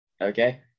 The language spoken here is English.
Okay